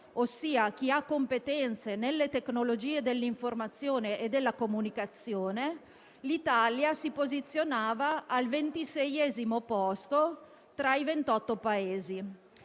ossia chi ha competenze nelle tecnologie dell'informazione e della comunicazione, l'Italia si posizionava al ventiseiesimo posto tra i 28 Paesi.